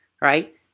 right